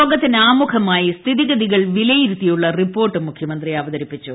യോഗത്തിന് ആമുഖമായി സ്ഥിതിഗതികൾ വിലയിരുത്തിയുള്ള റിപ്പോർട്ട് മുഖ്യമന്ത്രി അവതരിപ്പിച്ചു